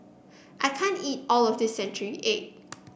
I can't eat all of this Century Egg